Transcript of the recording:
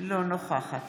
אינה נוכחת